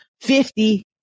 fifty